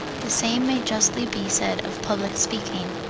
the same may justly be said of public speaking.